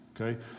okay